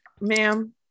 Ma'am